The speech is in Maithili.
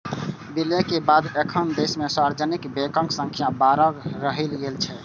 विलय के बाद एखन देश मे सार्वजनिक बैंकक संख्या बारह रहि गेल छै